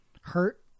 hurt